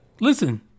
listen